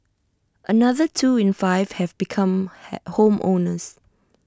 another two in five have become hey home owners